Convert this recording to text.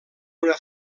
una